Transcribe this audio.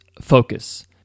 focus